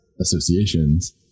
associations